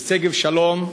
בשגב-שלום,